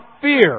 fear